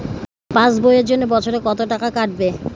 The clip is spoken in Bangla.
পাস বইয়ের জন্য বছরে কত টাকা কাটবে?